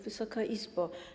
Wysoka Izbo!